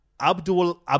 Abdul